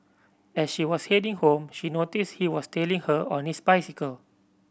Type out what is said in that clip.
as she was heading home she noticed he was tailing her on his bicycle